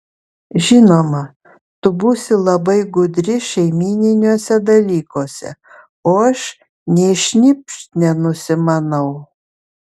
žinoma tu būsi labai gudri šeimyniniuose dalykuose o aš nei šnypšt nenusimanau